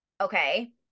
Okay